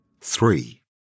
Three